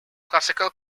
classical